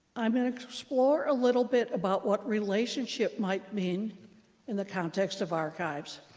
i'm going to explore a little bit about what relationship might mean in the context of archives.